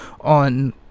on